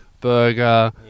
burger